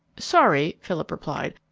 sorry, philip replied.